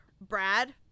Brad